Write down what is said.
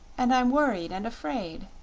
and i'm worried and afraid.